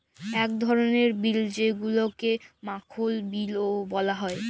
ইক ধরলের বিল যেগুলাকে মাখল বিলও ব্যলা হ্যয়